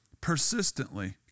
persistently